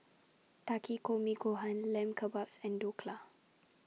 Takikomi Gohan Lamb Kebabs and Dhokla